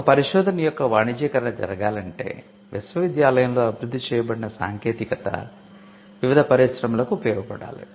ఒక పరిశోధన యొక్క వాణిజ్యీకరణ జరగాలంటే విశ్వవిద్యాలయంలో అభివృద్ధి చేయబడిన సాంకేతికత వివిధ పరిశ్రమలకు ఉపయోగ పడాలి